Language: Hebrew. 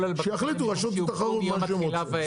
שיחליטו רשות התחרות מה שהם רוצים.